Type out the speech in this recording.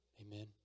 Amen